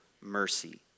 mercy